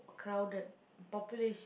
crowded population